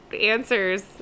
answers